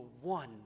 one